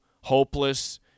hopeless